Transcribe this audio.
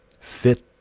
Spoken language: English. fit